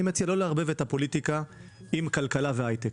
אני מציע לא לערבב את הפוליטיקה עם כלכלה והייטק.